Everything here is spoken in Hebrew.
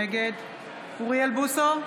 נגד אוריאל בוסו,